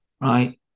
right